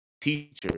teachers